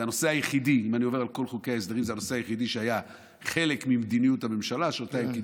זה הנושא היחידי שהיה חלק ממדיניות הממשלה שאותה הם קידמו.